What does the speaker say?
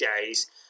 days